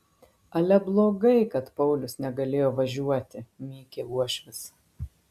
ale blogai kad paulius negalėjo važiuoti mykė uošvis